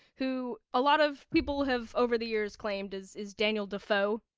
who a lot of people have over the years claimed is is daniel defoe,